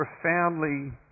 profoundly